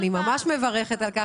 אני ממש מברכת על כך.